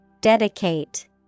Dedicate